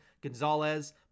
Gonzalez